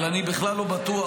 אבל אני בכלל לא בטוח